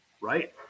right